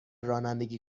رانندگی